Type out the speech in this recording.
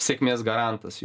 sėkmės garantas